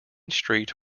street